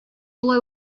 болай